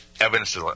Evidence